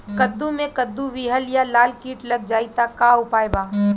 कद्दू मे कद्दू विहल या लाल कीट लग जाइ त का उपाय बा?